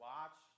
Watch